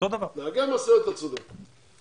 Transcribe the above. לגבי נהגי משאיות, אתה צודק.